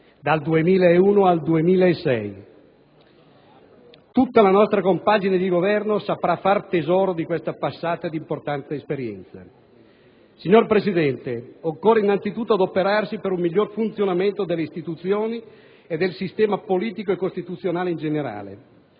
dal 2001 al 2006. Tutta la nostra compagine di Governo saprà far tesoro di questa passata ed importante esperienza. Signor Presidente, occorre innanzi tutto adoperarsi per un miglior funzionamento delle istituzioni e del sistema politico e costituzionale in generale.